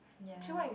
ya